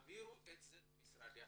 תעבירו את הנתונים שאתם אוספים למשרדי הממשלה.